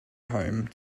home